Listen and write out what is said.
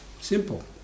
Simple